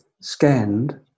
scanned